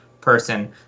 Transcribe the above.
person